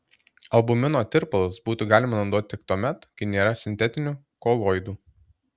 albumino tirpalus būtų galima naudoti tik tuomet kai nėra sintetinių koloidų